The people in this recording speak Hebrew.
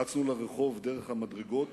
רצנו לרחוב דרך המדרגות